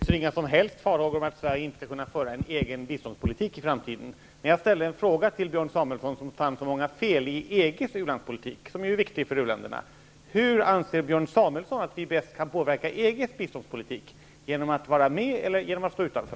Herr talman! Jag hyser inga som helst farhågor för att Sverige inte skall kunna föra en egen biståndspolitik i framtiden. Men jag ställde en fråga till Björn Samuelson, som fann så många fel i EG:s u-landspolitik, som är så viktig för u-länderna: Hur anser Björn Samuelson att vi bäst kan påverka EG:s biståndspolitik -- genom att vara med eller genom att stå utanför?